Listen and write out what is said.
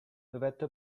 dovette